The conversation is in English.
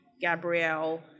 Gabrielle